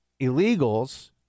illegals